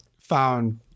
found